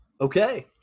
Okay